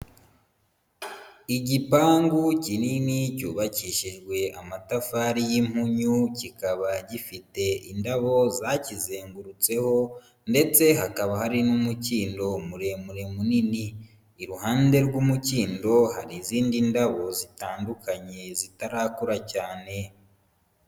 Igipangu kinini cyubakishijwe amatafari y'impunyu, kikaba gifite indabo zakizengurutseho ndetse hakaba hari n'umukindo muremure munini. Iruhande rw'umukindo hari izindi ndabo zitandukanye zitarakura cyane.